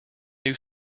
new